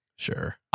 sure